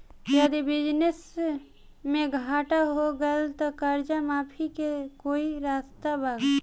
यदि बिजनेस मे घाटा हो गएल त कर्जा माफी के कोई रास्ता बा?